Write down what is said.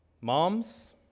Moms